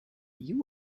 you